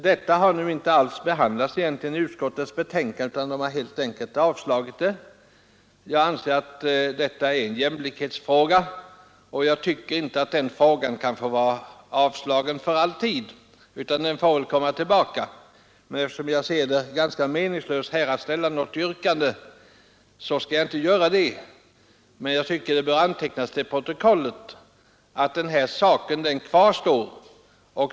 Detta yrkande har utskottet inte alls behandlat i sitt betänkande. Man har bara avstyrkt det. Jag anser att detta är en jämlikhetsfråga, och jag tycker inte att förslaget kan få betraktas som avstyrkt en gång för alla; vi får väl återkomma med det. Jag anser det ganska meningslöst att nu ställa ett yrkande om bifall till motionen i denna del och skall därför inte göra det, men jag tycker att det bör antecknas till protokollet att denna angelägenhet kvarstår.